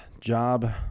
job